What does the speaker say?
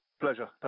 pleasure